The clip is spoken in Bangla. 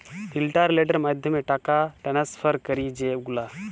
ইলটারলেটের মাধ্যমে টাকা টেনেসফার ক্যরি যে গুলা